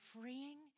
freeing